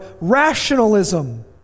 rationalism